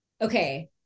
okay